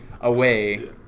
away